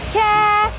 care